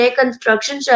construction